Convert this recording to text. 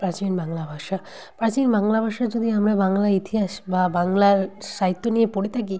প্রাচীন বাংলা ভাষা প্রাচীন বাংলা ভাষা যদি আমরা বাংলা ইতিহাস বা বাংলার সাহিত্য নিয়ে পড়ে থাকি